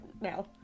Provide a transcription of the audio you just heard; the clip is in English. now